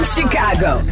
Chicago